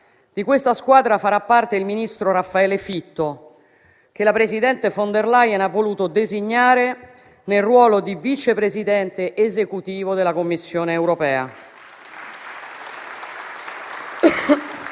di questa squadra farà parte il ministro Raffaele Fitto, che la presidente von der Leyen ha voluto designare al ruolo di Vice Presidente esecutivo della Commissione europea.